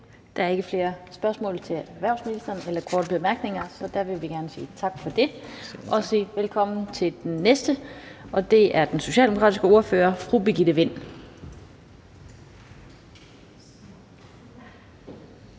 Der er ikke flere spørgsmål til erhvervsministeren eller korte bemærkninger. Så vi vil gerne sige tak for det og sige velkommen til den næste, som er den socialdemokratiske ordfører, fru Birgitte Vind.